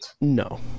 No